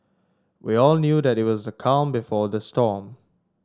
we all knew that it was the calm before the storm